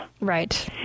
Right